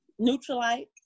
neutralite